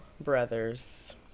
brothers